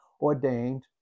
ordained